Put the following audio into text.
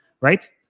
right